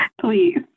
Please